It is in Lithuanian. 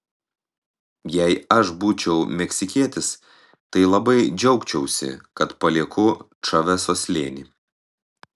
jei aš būčiau meksikietis tai labai džiaugčiausi kad palieku čaveso slėnį